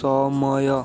ସମୟ